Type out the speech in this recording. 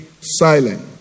silent